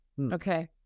Okay